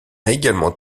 également